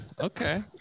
Okay